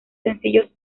sencillos